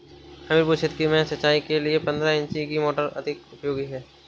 हमीरपुर क्षेत्र में सिंचाई के लिए पंद्रह इंची की मोटर अधिक उपयोगी है?